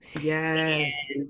Yes